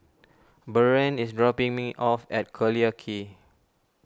Buren is dropping me off at Collyer Quay